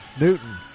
Newton